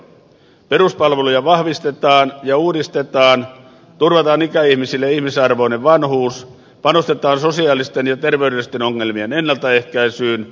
peruspalveluja vahvistetaan ja uudistetaan turvataan ikäihmisille ihmisarvoinen vanhuus panostetaan sosiaalisten ja terveydellisten ongelmien ennaltaehkäisyyn